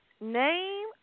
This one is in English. Name